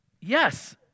Yes